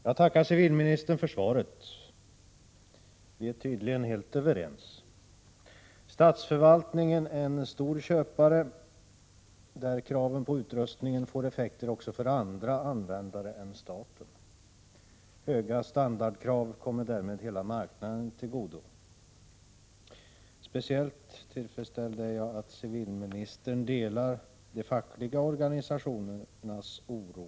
Herr talman! Jag tackar civilministern för svaret. Vi är tydligen helt överens. Statsförvaltningen är en stor köpare, och dess krav på utrustning får effekter också för andra användare än staten. Höga standardkrav kommer därför hela marknaden till godo. Speciellt tillfredsställd är jag över att civilministern delar de fackliga organisationernas oro.